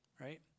right